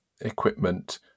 equipment